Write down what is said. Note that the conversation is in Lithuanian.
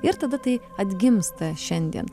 ir tada tai atgimsta šiandien